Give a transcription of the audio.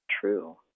true